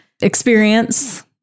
experience